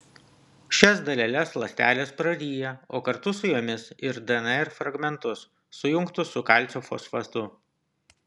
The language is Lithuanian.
šias daleles ląstelės praryja o kartu su jomis ir dnr fragmentus sujungtus su kalcio fosfatu